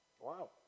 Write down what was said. Wow